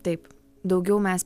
taip daugiau mes